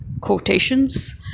quotations